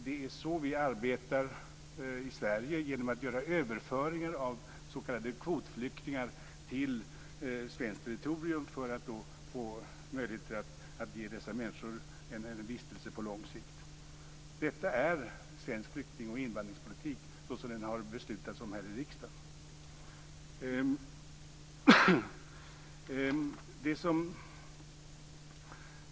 Det är så vi arbetar i Sverige genom att göra överföringar av s.k. kvotflyktingar till svenskt territorium för att få möjligheter att ge dessa människor en vistelse på lång sikt. Detta är svensk flykting och invandringspolitik som den har beslutats här i riksdagen.